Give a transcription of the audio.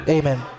Amen